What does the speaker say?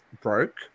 broke